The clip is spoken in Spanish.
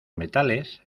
metales